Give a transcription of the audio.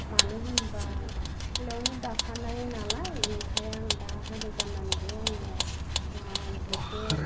मानो होनबा सिख्लायावनो दाखानाय नालाय ओंखाय आं दा हाबा जानानैबो आङो जिखौ